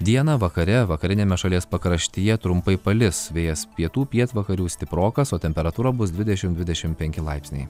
dieną vakare vakariniame šalies pakraštyje trumpai palis vėjas pietų pietvakarių stiprokas o temperatūra bus dvidešim dvidešim penki laipsniai